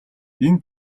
энэ